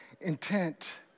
intent